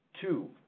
Two